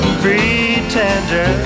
pretender